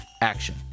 action